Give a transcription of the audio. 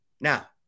Now